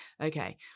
Okay